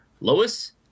Lois